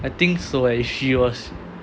I think so eh she was